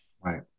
right